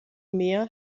mehr